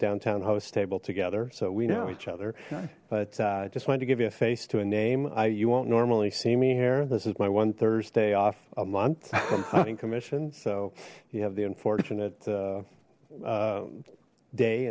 downtown host table together so we know each other but i just wanted to give you a face to a name i you won't normally see me here this is my one thursday off a month compiling commission so you have the unfortunate